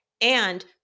and-